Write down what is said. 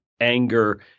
anger